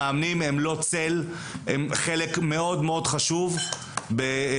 המאמנים הם לא צל, הם חלק מאוד מאוד חשוב בקריירה.